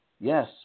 Yes